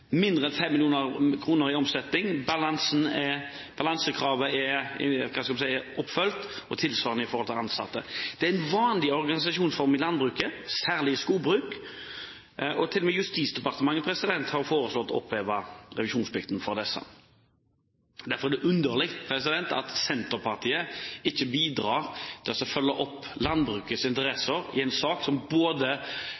mindre enn 5 mill. kr i omsetning, og fordi balansekravet er – hva skal jeg si – oppfylt, og tilsvarende i forhold til ansatte. Det er en vanlig organisasjonsform i landbruket, særlig i skogbruk, og til og med Justisdepartementet har foreslått å oppheve revisjonsplikten for disse. Derfor er det underlig at Senterpartiet ikke bidrar til å følge opp landbrukets